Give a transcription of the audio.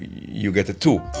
you get a two